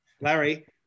Larry